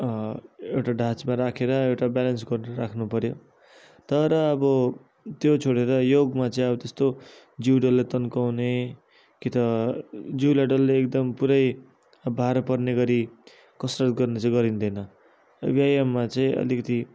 एउटा ढाँचमा राखेर एउटा ब्यालेन्स गरेर राख्नु पऱ्यो तर अब त्यो छोडेर योगमा चाहिँ अब त्यस्तो जिउ डल्लै तन्काउने कि त जिउलाई डल्लै एकदम पुरा अब भार पर्ने गरी कसरत गर्ने चाहिँ गरिँदैन व्यायाममा चाहिँ अलिकति